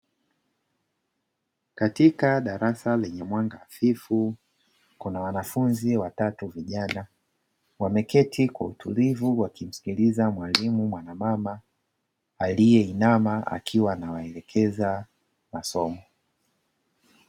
Katika darasa lenye mwanga hafifu, kuna wanafunzi watatu vijana wameketi kwa utulivu wakimsikiliza mwalimu mwanamama aliyeinama akiwa anawaelekeza masomo.